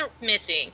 missing